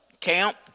camp